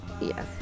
yes